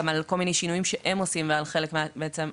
על כל מיני שינויים שהם עושים ועל חלק מהתהליך,